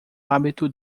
hábito